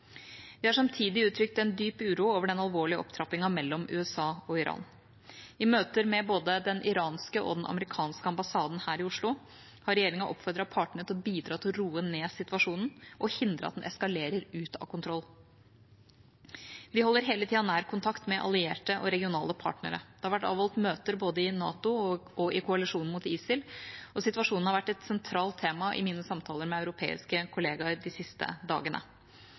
Vi har samtidig uttrykt en dyp uro over den alvorlige opptrappingen mellom USA og Iran. I møter med både den iranske og den amerikanske ambassaden her i Oslo har regjeringa oppfordret partene til å bidra til å roe ned situasjonen og hindre at den eskalerer ut av kontroll. Vi holder hele tida nær kontakt med allierte og regionale partnere. Det har vært avholdt møter både i NATO og i koalisjonen mot ISIL, og situasjonen har vært et sentralt tema i mine samtaler med europeiske kollegaer de siste dagene.